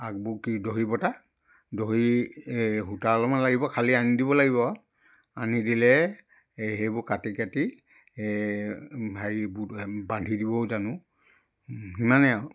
আগবোৰ কি দহি বটা দহি এই সূতা অলপমান লাগিব খালি আনি দিব লাগিব আৰু আনি দিলে এই সেইবোৰ কাটি কাটি হেৰি বান্ধি দিবও জানো সিমানেই আৰু